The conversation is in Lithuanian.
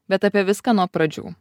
bet apie viską nuo pradžių